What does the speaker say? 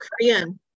korean